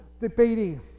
debating